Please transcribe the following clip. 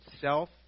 self